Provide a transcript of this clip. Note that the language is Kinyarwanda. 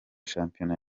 shampiyona